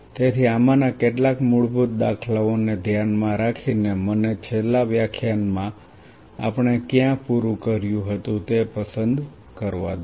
તેથી આમાંના કેટલાક મૂળભૂત દાખલાઓને ધ્યાનમાં રાખીને મને છેલ્લા વ્યાખ્યાન માં આપણે ક્યાં પૂરું કર્યું હતું તે પસંદ કરવા દો